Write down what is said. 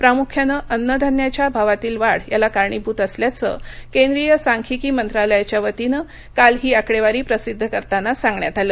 प्रामुख्यानं अन्नधान्याच्या भावातील वाढ याला कारणीभृत असल्याचं केंद्रीय सांख्यिकी मंत्रालयाच्या वतीनं काल ही आकडेवारी प्रसिद्ध करताना सांगण्यात आलं